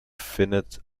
finite